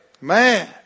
man